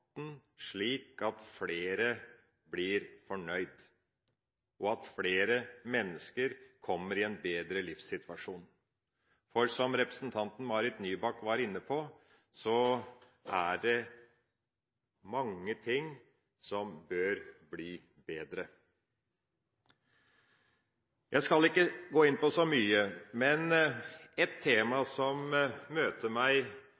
livssituasjon. For som representanten Marit Nybakk var inne på, er det mange ting som bør bli bedre. Jeg skal ikke gå inn på så mye, men et tema som møter meg